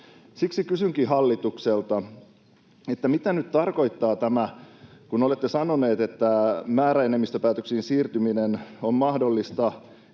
Siksi kysynkin hallitukselta: Mitä nyt tarkoittaa tämä, kun olette sanoneet, että määräenemmistöpäätöksiin siirtyminen on mahdollista